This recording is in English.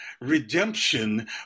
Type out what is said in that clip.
redemption